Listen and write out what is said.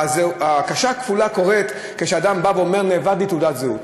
ההרכשה הכפולה קורית כשאדם אומר: אבדה לי תעודת זהות.